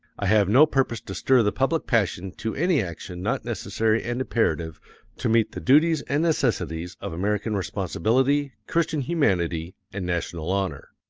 i have no purpose to stir the public passion to any action not necessary and imperative to meet the duties and necessities of american responsibility, christian humanity, and national honor.